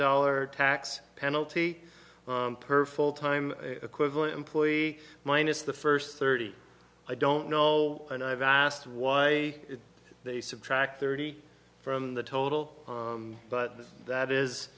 dollar tax penalty per full time equivalent employee minus the first thirty i don't know and i've asked why they subtract thirty from the total but that is